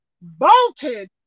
bolted